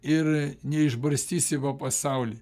ir neišbarstysi po pasaulį